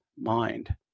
mind